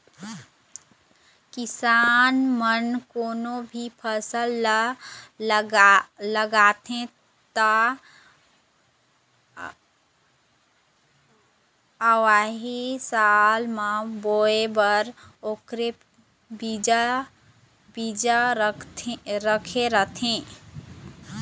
किसान मन कोनो भी फसल ल लगाथे त अवइया साल म बोए बर ओखरे बिजहा राखे रहिथे